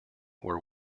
were